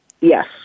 Yes